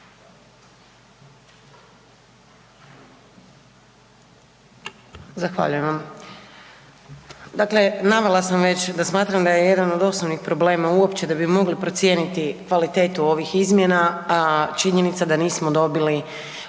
Zahvaljujem vam. Dakle navela sam već da smatram da je jedan od osnovnih problema uopće da bi mogli procijeniti kvalitetu ovih izmjena, činjenica da nismo dobili